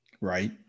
Right